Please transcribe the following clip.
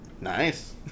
Nice